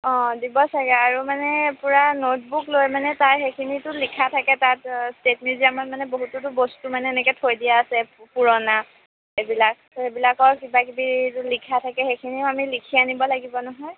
অঁ দিব চাগে আৰু মানে পুৰা নোট বুক লৈ মানে তাৰ সেইখিনিতো লিখা থাকে তাত ষ্টেট মিউজিয়ামত মানে বহুতোতো বস্তু মানে এনেকৈ থৈ দিয়া আছে পুৰণা সেইবিলাক সেইবিলাকৰ কিবাকিবিতো লিখা থাকে সেইখিনিও আমি লিখি আনিব লাগিব নহয়